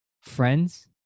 friends